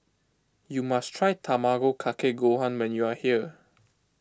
you must try Tamago Kake Gohan when you are here